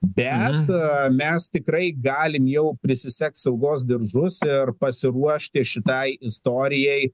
bet mes tikrai galim jau prisisegt saugos diržus ir pasiruošti šitai istorijai